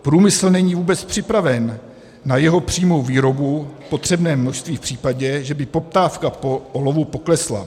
Průmysl není vůbec připraven na jeho přímou výrobu v potřebném množství v případě, že by poptávka po olovu poklesla.